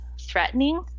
threatening